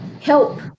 help